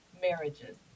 marriages